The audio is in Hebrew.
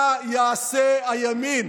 מה יעשה הימין?